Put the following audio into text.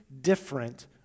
different